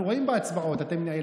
אנחנו רואים בהצבעות.